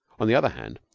on the other hand,